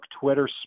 Twitter